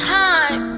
time